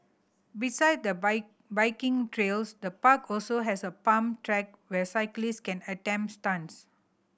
beside the biking trails the park also has a pump track where cyclist can attempt stunts